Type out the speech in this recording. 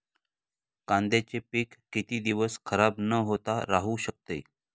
कांद्याचे पीक किती दिवस खराब न होता राहू शकते?